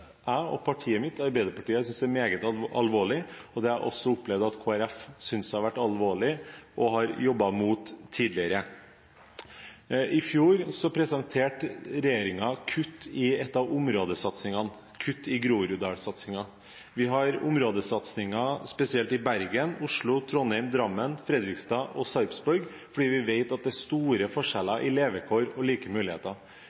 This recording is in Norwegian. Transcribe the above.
jeg og partiet mitt, Arbeiderpartiet, synes er meget alvorlig. Det har jeg også opplevd at Kristelig Folkeparti synes har vært alvorlig og har jobbet imot tidligere. I fjor presenterte regjeringen kutt i en av områdesatsingene, kutt i Groruddalssatsingen. Vi har områdesatsinger spesielt i Bergen, Oslo, Trondheim, Drammen, Fredrikstad og Sarpsborg, fordi vi vet at det er store